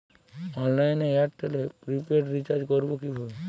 অনলাইনে এয়ারটেলে prepaid recharge করবো কিভাবে?